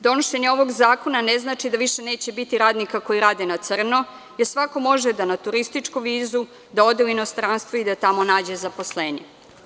Donošenje ovog zakona ne znači da više neće biti radnika koji rade na crno, jer svako može da na turističku vizu ode u inostranstvo i da tamo nađe zaposlenje.